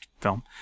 film